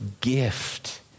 gift